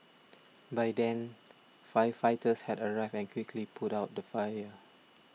by then firefighters had arrived and quickly put out the fire